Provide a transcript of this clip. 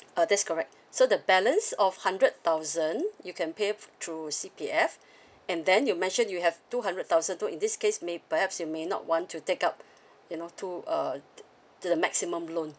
uh that's correct so the balance of hundred thousand you can pay f~ through C_P_F and then you mentioned you have two hundred thousand so in this case may perhaps you may not want to take up you know to uh t~ to the maximum loan